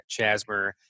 Chasmer